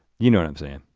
you know what i'm saying.